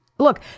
Look